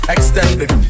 Extended